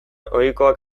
ohikoak